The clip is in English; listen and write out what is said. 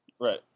Right